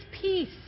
peace